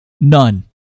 None